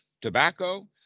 tobacco